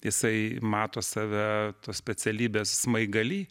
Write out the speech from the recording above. jisai mato save tos specialybės smaigaly